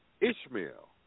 Ishmael